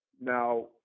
Now